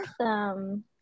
Awesome